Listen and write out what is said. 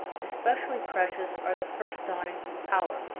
especially precious are the first dawnings of power.